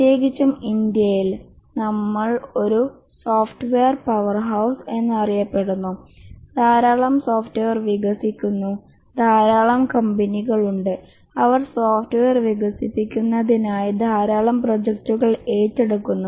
പ്രത്യേകിച്ചും ഇന്ത്യയിൽ നമ്മൾ ഒരു സോഫ്റ്റ്വെയർ പവർഹൌസ് എന്നറിയപ്പെടുന്നു ധാരാളം സോഫ്റ്റ്വെയർ വികസിക്കുന്നു ധാരാളം കമ്പനികൾ ഉണ്ട് അവർ സോഫ്റ്റ്വെയർ വികസിപ്പിക്കുന്നതിനായി ധാരാളം പ്രോജക്ടുകൾ ഏറ്റെടുക്കുന്നു